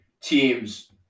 teams